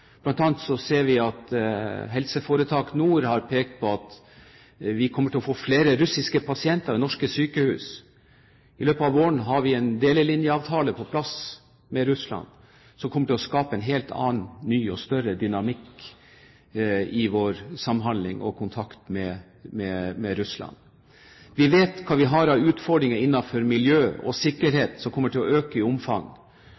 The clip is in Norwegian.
Vi ser bl.a. at Helse Nord har pekt på at vi kommer til å få flere russiske pasienter ved norske sykehus. I løpet av våren har vi en delelinjeavtale med Russland på plass, som kommer til å skape en helt annen ny og større dynamikk i vår samhandling og kontakt med Russland. Vi vet hva vi har av utfordringer innenfor miljø og